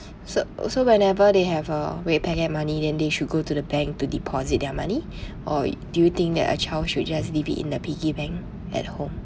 so also whenever they have a red packet money then they should go to the bank to deposit their money or do you think that a child should just leave it in the piggy bank at home